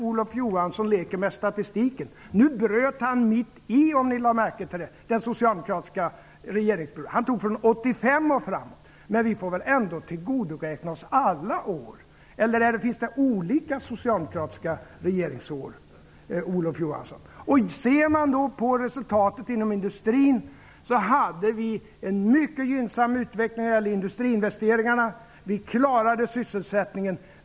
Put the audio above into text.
Olof Johansson leker med statistiken. Som ni säkert lade märke till bröt han ut vissa år under mitten av den socialdemokratiska regeringsperioden. Han talade nämligen om 1985 och framåt. Men vi får väl ändå tillgodräkna oss alla år, eller finns det olika socialdemokratiska regeringsår, Olof Johansson? Sett till resultatet inom industrin var det en mycket gynnsam utveckling för industriinvesteringarna. Vi klarade av sysselsättningen.